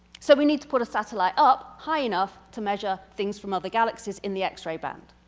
so we need to put a satellite up high enough to measure things from other galaxies in the x-ray band.